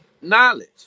knowledge